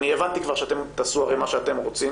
אני הבנתי כבר שאתם תעשו הרי מה שאנחנו רוצים